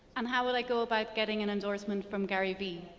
and how would i go about getting an endorsement from gary vee?